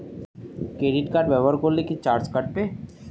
Credit card ব্যাবহার করলে কি চার্জ কাটবে?